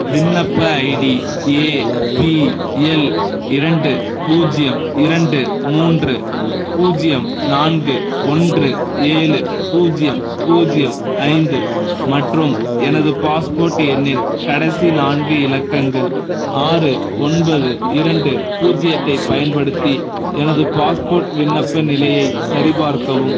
விண்ணப்ப ID APL இரண்டு பூஜ்ஜியம் இரண்டு மூன்று பூஜ்ஜியம் நான்கு ஒன்று ஏழு பூஜ்ஜியம் பூஜ்ஜியம் ஐந்து மற்றும் எனது பாஸ்போர்ட் எண்ணின் கடைசி நான்கு இலக்கங்கள் ஆறு ஒன்பது இரண்டு பூஜ்ஜியத்தைப் பயன்படுத்தி எனது பாஸ்போர்ட் விண்ணப்ப நிலையை சரிபார்க்கவும்